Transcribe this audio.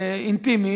אינטימי.